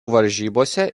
varžybose